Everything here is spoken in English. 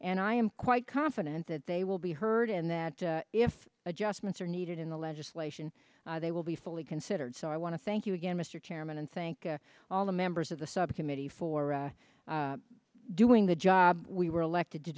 and i am quite confident that they will be heard and that if adjustments are needed in the legislation they will be fully considered so i want to thank you again mr chairman and thank all the members of the subcommittee for doing the job we were elected to